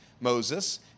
Moses